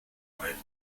arriving